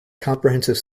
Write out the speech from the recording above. comprehensive